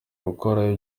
gukora